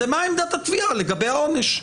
אלא מה עמדת התביעה לגבי העונש.